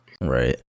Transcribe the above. Right